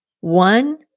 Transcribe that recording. one